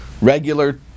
regular